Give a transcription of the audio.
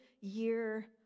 year